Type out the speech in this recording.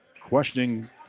questioning